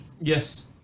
yes